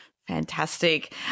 Fantastic